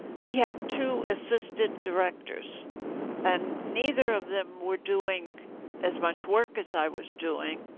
we had two assisted directors and neither of them were doing as much work as i was doing.